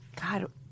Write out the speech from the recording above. God